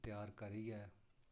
त्यार करियै